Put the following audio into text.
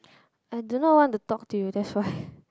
I do not want to talk to you that's why